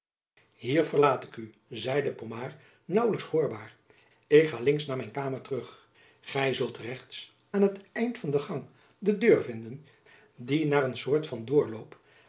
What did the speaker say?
hier verlaat ik u zeide pomard naauwlijks hoorbaar ik ga links naar mijn kamer terug gy zult rechts aan het eind van den gang de deur vinden die naar een soort van doorloop